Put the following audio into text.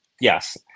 yes